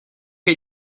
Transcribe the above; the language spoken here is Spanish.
que